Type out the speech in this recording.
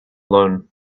loan